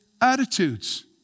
attitudes